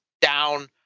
down